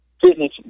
Fitness